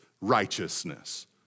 righteousness